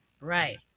right